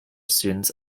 students